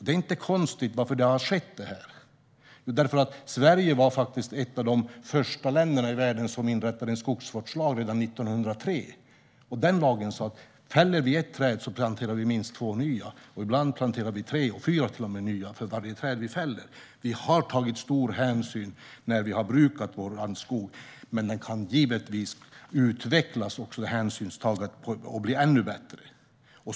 Det är inte konstigt att det här har skett. Sverige var faktiskt ett av de första länderna i världen som inrättade en skogsvårdslag. Det gjorde vi redan 1903, och den lagen sa att om vi fäller ett träd planterar vi minst två nya. Ibland planterar vi till och med tre eller fyra nya träd för varje träd vi fäller. Vi har tagit stor hänsyn när vi har brukat vår skog, men hänsynstagandet kan givetvis utvecklas och bli ännu bättre.